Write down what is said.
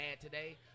today